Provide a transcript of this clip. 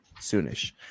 soonish